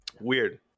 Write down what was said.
weird